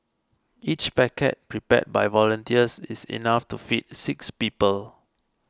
each packet prepared by volunteers is enough to feed six people